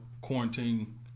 quarantine